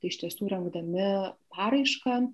iš tiesų rengdami paraišką